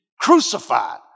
crucified